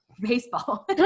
Baseball